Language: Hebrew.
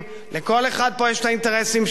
לכל אחד פה יש האינטרסים לו,